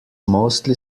mostly